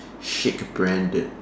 shake branded